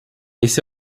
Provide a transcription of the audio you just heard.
esse